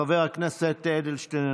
חבר הכנסת אדלשטיין,